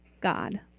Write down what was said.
God